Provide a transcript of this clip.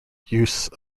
use